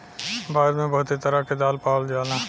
भारत मे बहुते तरह क दाल पावल जाला